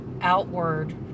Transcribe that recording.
outward